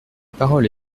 parole